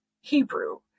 Hebrew